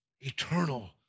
eternal